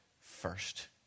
first